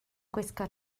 gwisgo